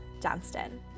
Johnston